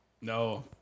No